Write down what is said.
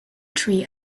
tree